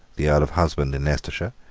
the earl of husband in leicestershire,